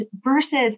versus